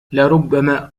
لربما